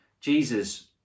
Jesus